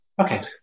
Okay